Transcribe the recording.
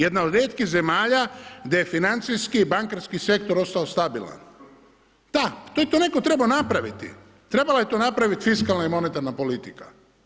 Jedna od rijetkih zemalja gdje je financijski i bankarski sektor ostao stabilan, da, to je netko trebao napraviti, trebala je to napraviti fiskalna i monetarna politika.